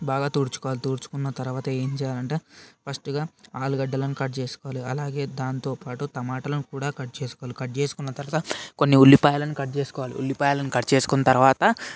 బాగా తుడుచుకోవాలి తుడుచుకున్న తర్వాత ఏం చేయాలంటే ఫస్టు ఆలుగడ్డలను కట్ చేసుకోవాలి అలాగే దాంతో పాటు టమాటాలను కూడా కట్ చేసుకోవాలి కట్ చేసుకున్న తర్వాత కొన్ని ఉల్లిపాయలను కట్ చేసుకోవాలి ఉల్లిపాయలను కట్ చేసుకున్న తర్వాత